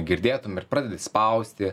girdėtum ir pradedi spausti